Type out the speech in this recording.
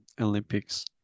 Olympics